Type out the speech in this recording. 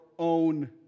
own